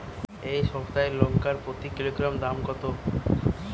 এই সপ্তাহের লঙ্কার প্রতি কিলোগ্রামে দাম কত?